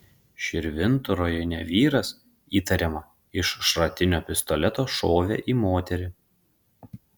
širvintų rajone vyras įtariama iš šratinio pistoleto šovė į moterį